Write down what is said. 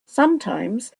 sometimes